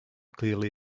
clearly